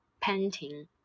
painting